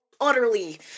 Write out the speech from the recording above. Utterly